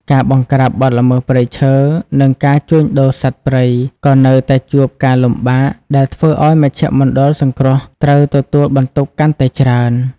ការបង្ក្រាបបទល្មើសព្រៃឈើ និងការជួញដូរសត្វព្រៃក៏នៅតែជួបការលំបាក ដែលធ្វើឱ្យមជ្ឈមណ្ឌលសង្គ្រោះត្រូវទទួលបន្ទុកកាន់តែច្រើន។